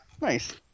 Nice